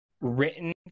written